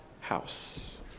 house